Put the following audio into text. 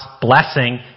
blessing